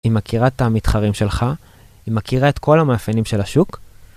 היא מכירה את המתחרים שלך, היא מכירה את כל המאפיינים של השוק